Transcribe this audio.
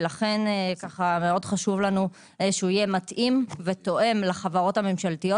ולכן חשוב לנו שיהיה מתאים ותואם לחברות הממשלתיות